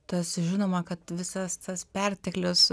tas žinoma kad visas tas perteklius